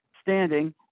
standing